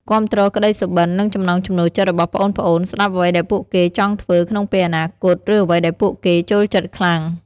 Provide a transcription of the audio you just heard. គាំទ្រក្តីសុបិន និងចំណង់ចំណូលចិត្តរបស់ប្អូនៗ ស្តាប់អ្វីដែលពួកគេចង់ធ្វើក្នុងពេលអនាគត ឬអ្វីដែលពួកគេចូលចិត្តខ្លាំង។